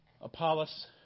Apollos